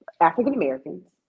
African-Americans